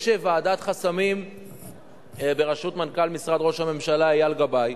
יש ועדת חסמים בראשות מנכ"ל משרד ראש הממשלה אייל גבאי,